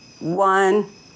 One